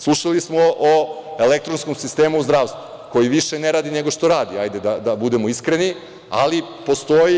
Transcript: Slušali smo o elektronskom sistemu u zdravstvu, koji više ne radi nego što radi, da budemo iskreni, ali postoji.